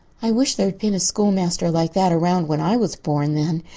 i wish there had been a schoolmaster like that around when i was born, then.